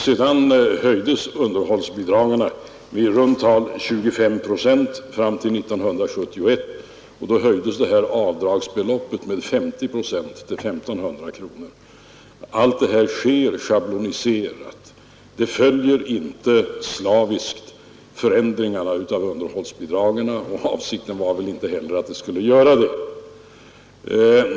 Sedan höjdes underhållsbidragen med i runt tal 25 procent fram till 1971, och då höjdes avdragsbeloppet med 50 procent till 1 500 kronor. Allt detta sker schabloniserat. Avdragen följer inte slaviskt förändringarna av underhållsbidragen, och avsikten var väl hellre inte att de skulle göra det.